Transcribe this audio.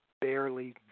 barely